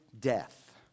death